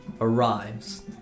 arrives